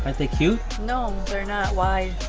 aren't they cute? no they're not, why?